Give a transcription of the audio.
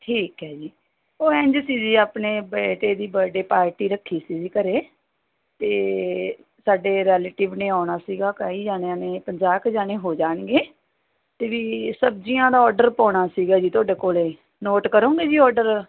ਠੀਕ ਹੈ ਜੀ ਉਹ ਇੰਝ ਸੀ ਜੀ ਆਪਣੇ ਬੇਟੇ ਦੀ ਬਰਥਡੇ ਪਾਰਟੀ ਰੱਖੀ ਸੀ ਜੀ ਘਰ ਅਤੇ ਸਾਡੇ ਰਿਲੇਟਿਵ ਨੇ ਆਉਣਾ ਸੀਗਾ ਕਈ ਜਣਿਆਂ ਨੇ ਪੰਜਾਹ ਕੁ ਜਣੇ ਹੋ ਜਾਣਗੇ ਅਤੇ ਵੀ ਸਬਜ਼ੀਆਂ ਦਾ ਔਡਰ ਪਾਉਣਾ ਸੀਗਾ ਜੀ ਤੁਹਾਡੇ ਕੋਲ ਨੋਟ ਕਰੋਗੇ ਜੀ ਔਡਰ